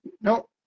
No